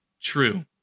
True